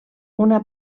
una